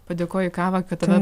padėkoji kavą kad tave